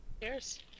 Cheers